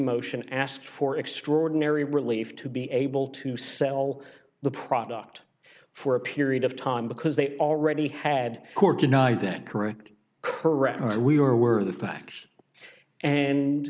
motion ask for extraordinary relief to be able to sell the product for a period of time because they already had court denied that correct correct we were the facts and